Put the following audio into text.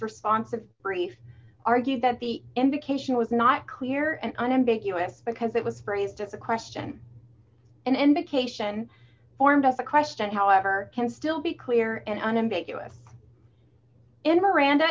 response to brief argued that the indication was not clear and unambiguous and because it was phrased that the question and indication formed of the question however can still be clear and unambiguous in miranda